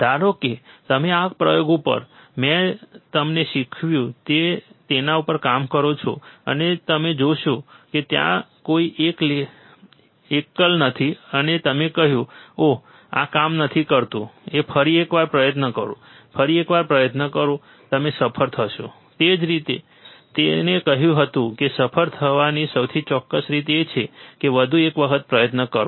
ધારો કે તમે આ પ્રયોગ ઉપર જે મેં તમને શીખવ્યું છે તેના ઉપર કામ કરો છો અને તમે જોશો કે ત્યાં કોઈ એકલ નથી અને તમે કહ્યું ઓહ આ કામ નથી કરતું કે ફરી એક વાર પ્રયત્ન કરો ફરી એક વાર પ્રયત્ન કરો તમે સફળ થશો તે જ તેણે કહ્યું હતું કે સફળ થવાની સૌથી ચોક્કસ રીત એ છે કે વધુ એક વખત પ્રયત્ન કરવો